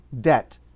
debt